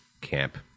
camp